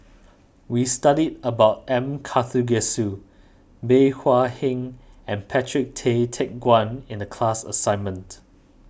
we studied about M Karthigesu Bey Hua Heng and Patrick Tay Teck Guan in the class assignment